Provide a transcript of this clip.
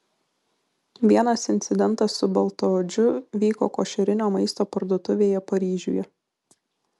vienas incidentas su baltaodžiu vyko košerinio maisto parduotuvėje paryžiuje